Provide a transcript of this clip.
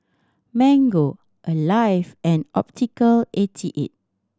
Mango Alive and Optical eighty eight